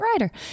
writer